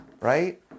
right